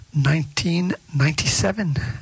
1997